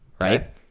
right